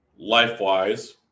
LifeWise